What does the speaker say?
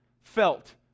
felt